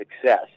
success